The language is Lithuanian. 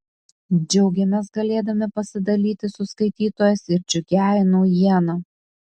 džiaugiamės galėdami pasidalyti su skaitytojais ir džiugiąja naujiena